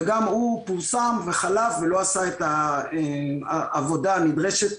וגם הוא פורסם וחלף ולא עשה את העבודה הנדרשת.